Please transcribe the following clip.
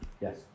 Yes